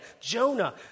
Jonah